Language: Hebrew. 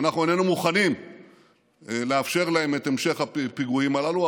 ואנחנו איננו מוכנים לאפשר להם את המשך הפיגועים הללו,